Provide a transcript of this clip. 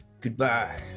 Goodbye